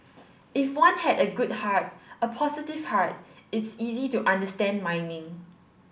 if one had a good heart a positive heart it's easy to understand mining